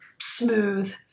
smooth